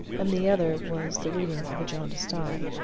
and the other was the reading of a jaundiced eye.